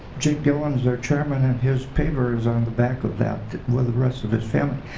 j guillen is our chairman and his papers on the back of that with the rest of his family.